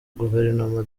guverinoma